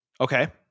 Okay